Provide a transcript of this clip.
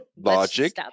logic